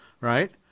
right